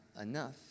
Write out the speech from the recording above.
enough